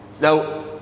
Now